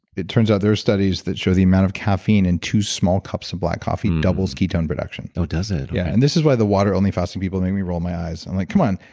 it turns out there are studies that show the amount of caffeine and two small cups of black coffee doubles ketone production oh, does it? yeah. and this is why the water only fasting people make me roll my eyes. i'm like, come on.